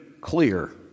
clear